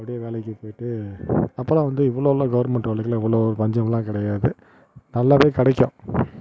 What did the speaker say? அப்படியே வேலைக்கு போய்ட்டு அப்போல்லாம் வந்து இவ்வளோலாம் வந்து கவர்மெண்ட் வேலைக்கெல்லாம் இவ்வளோ பஞ்சமெலாம் கிடையாது நல்லாவே கிடைக்கும்